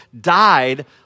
died